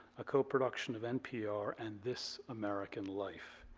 a co-production of npr and this american life.